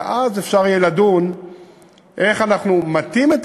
ואז אפשר יהיה לדון איך אנחנו מטים את